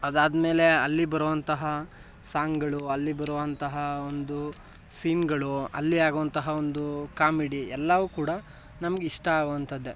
ಅದಾದಮೇಲೆ ಅಲ್ಲಿ ಬರೋಂತಹ ಸಾಂಗ್ಳು ಅಲ್ಲಿ ಬರೋಂತಹ ಒಂದು ಸೀನ್ಗಳು ಅಲ್ಲಿ ಆಗುವಂತಹ ಒಂದು ಕಾಮಿಡಿ ಎಲ್ಲವೂ ಕೂಡ ನಮ್ಗೆ ಇಷ್ಟ ಆಗೋಂಥದ್ದೆ